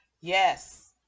Yes